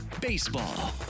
baseball